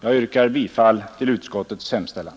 Jag yrkar bifall till utskottets hemställan.